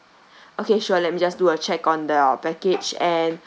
okay sure let me just do a check on the package and